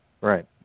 Right